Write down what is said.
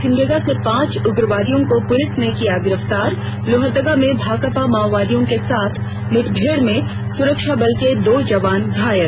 सिमडेगा से पांच उग्रवादियों को पुलिस ने किया गिरफ्तार लोहरदगा में भाकपा माओवादियों के साथ मुठभेड़ में सुरक्षा बल के दो जवान घायल